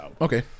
okay